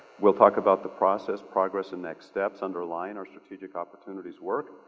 we'll talk about the process, progress and next steps underlying our strategic opportunities work.